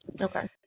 Okay